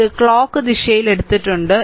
ഇത് ക്ലോക്ക് ദിശയിൽ എടുത്തിട്ടുണ്ട്